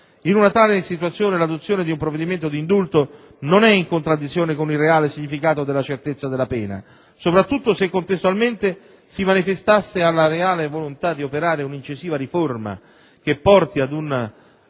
In una tale situazione, l'adozione di un provvedimento d'indulto non è in contraddizione con il reale significato della certezza della pena, soprattutto se, contestualmente, si manifestasse alla reale volontà di operare un'incisiva riforma che porti ad uno